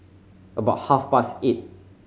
about half past eight